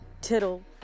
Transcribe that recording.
tittle